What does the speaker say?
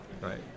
Right